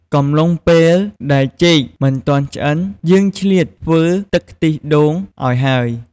កំឡុងពេលដែលចេកមិនទាន់ឆ្អិន យើងឆ្លៀតធ្វើទឹកខ្ទិះដូងឱ្យហើយ។